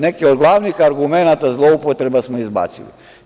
Neki od glavnih argumenata zloupotreba smo izbacili.